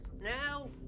Now